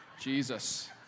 Jesus